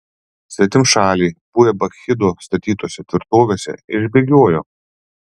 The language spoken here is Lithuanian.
svetimšaliai buvę bakchido statytose tvirtovėse išbėgiojo